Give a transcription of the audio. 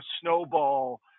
snowball